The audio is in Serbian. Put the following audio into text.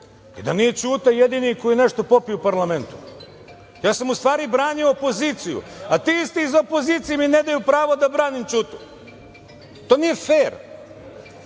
i da nije Ćuta jedini koji je nešto popio u parlamentu. Ja sam, u stvari, branio opoziciju, a ti isti iz opozicije mi ne daju pravo da branim Ćutu. To nije